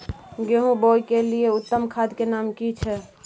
गेहूं बोअ के लिये उत्तम खाद के नाम की छै?